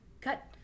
cut